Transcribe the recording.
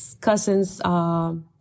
cousin's